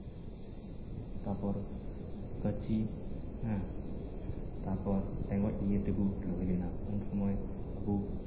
ᱛᱟᱯᱚᱨ ᱠᱟᱹᱪᱤ ᱦᱮᱸ ᱛᱟᱯᱚᱨ ᱴᱮᱸᱜᱚᱡ ᱱᱤᱭᱮ ᱛᱮᱠᱚ ᱞᱟᱹᱲᱦᱟᱹᱭ ᱞᱮᱱᱟ ᱩᱱ ᱥᱚᱢᱚᱭ ᱟᱵᱚ